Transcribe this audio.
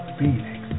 Phoenix